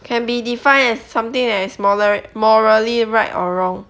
can be defined as something as moral~ morally right or wrong